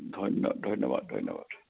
ধন্য ধন্যবাদ ধন্যবাদ